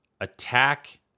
attack